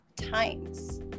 times